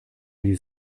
die